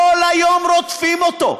כל היום רודפים אותו,